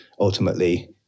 Ultimately